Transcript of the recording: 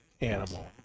animal